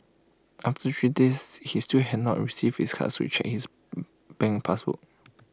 after three days he still had not receive his card so checked his bank pass book